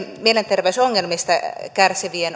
mielenterveysongelmista kärsivien